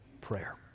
Prayer